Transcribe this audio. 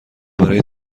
برای